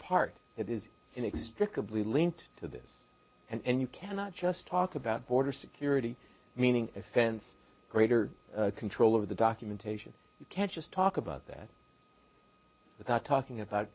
part that is inextricably linked to this and you cannot just talk about border security meaning fence greater control over the documentation you can't just talk about that without talking about